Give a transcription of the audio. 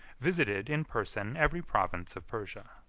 visited in person every province of persia.